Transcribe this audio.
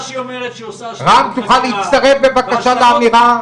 רם, תוכל להצטרף בבקשה לאמירה?